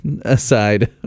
aside